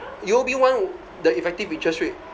U_O_B [one] the effective interest rate